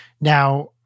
Now